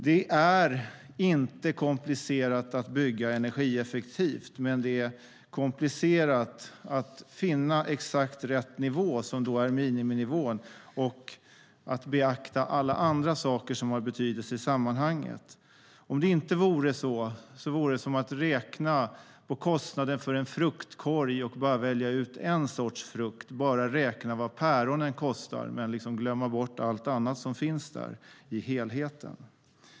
Det är inte komplicerat att bygga energieffektivt, men det är komplicerat att finna exakt rätt miniminivå och att beakta alla andra saker som har betydelse i sammanhanget. Om det inte vore så vore det som att räkna på kostnaden för en fruktkorg och bara välja ut en sorts frukt, bara räkna vad päronen kostar men glömma bort allt annat som finns där i helheten.